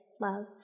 love